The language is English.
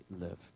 live